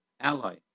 ally